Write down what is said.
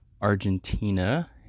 Argentina